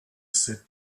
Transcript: said